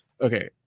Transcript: okay